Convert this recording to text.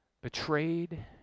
betrayed